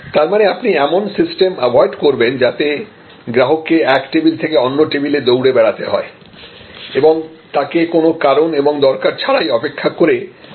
তার মানে আপনি এমন সিস্টেম অ্যাভয়েড করবেন যাতে গ্রাহককে এক টেবিল থেকে অন্য টেবিলে দৌড়ে বেড়াতে হয় এবং তাকে কোন কারন এবং দরকার ছাড়াই অপেক্ষা করে মানসিক দিক দিয়ে বিরক্ত হতে হয়